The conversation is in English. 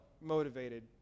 motivated